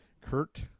Kurt